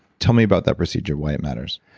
tell me about that procedure, why it matters